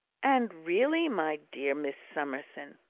and really, my dear miss summerson,